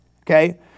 Okay